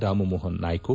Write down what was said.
Rammohan Naidu